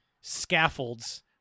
scaffolds